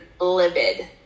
livid